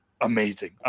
amazing